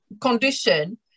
condition